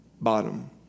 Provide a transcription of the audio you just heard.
bottom